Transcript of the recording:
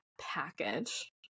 package